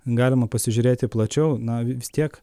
galima pasižiūrėti plačiau na vis tiek